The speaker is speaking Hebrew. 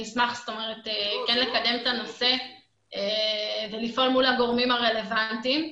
אני אשמח להיכנס לנושא ולפעול מול הגורמים הרלוונטיים,